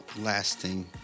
lasting